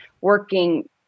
working